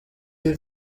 est